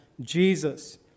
Jesus